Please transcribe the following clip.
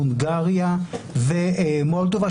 הונגריה ומולדובה.